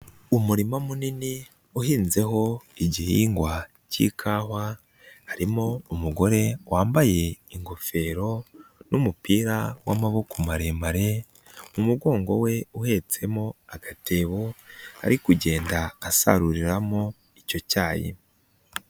Umurima munini uhinzeho igihingwa cyikawa, harimo umugore wambaye ingofero n'umupira w'amaboko maremare, ku mugongo we ahetsemo agatebo ari kugenda asaruriramo icyo cyayi.